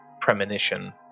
premonition